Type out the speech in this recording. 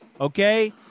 Okay